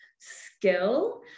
skill